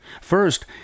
First